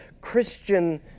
Christian